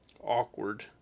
awkward